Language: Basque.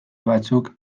batzuk